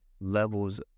levels